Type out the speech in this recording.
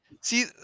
See